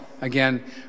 again